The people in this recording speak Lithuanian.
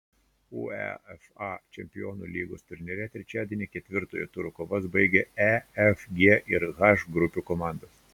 uefa čempionų lygos turnyre trečiadienį ketvirto turo kovas baigė e f g ir h grupių komandos